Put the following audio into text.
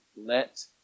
let